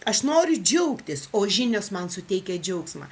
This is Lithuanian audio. aš noriu džiaugtis o žinios man suteikia džiaugsmą